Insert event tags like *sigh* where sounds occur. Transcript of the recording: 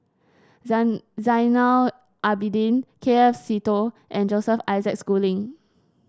*unintelligible* Zainal Abidin K F Seetoh and Joseph Isaac Schooling